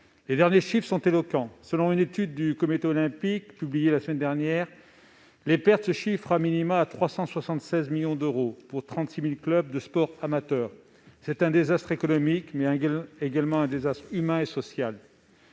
Les derniers chiffres sont éloquents. Selon une étude du comité olympique publié la semaine dernière, les pertes se chiffrent au minimum à 376 millions d'euros pour 36 000 clubs de sport amateur. C'est un désastre non seulement économique, mais aussi humain et social.